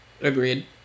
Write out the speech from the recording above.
Agreed